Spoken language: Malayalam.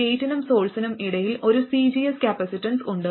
ഗേറ്റിനും സോഴ്സിനും ഇടയിൽ ഒരു cgs കപ്പാസിറ്റൻസ് ഉണ്ട്